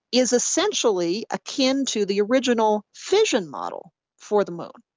is essentially akin to the original fission model for the moon.